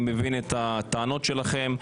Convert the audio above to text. אני מבין את הטענות שלכם,